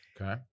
Okay